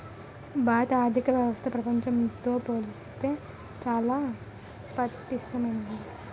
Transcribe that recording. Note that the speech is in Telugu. భారత ఆర్థిక వ్యవస్థ ప్రపంచంతో పోల్చితే చాలా పటిష్టమైంది